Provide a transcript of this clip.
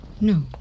No